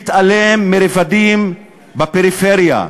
מתעלם מרבדים בפריפריה,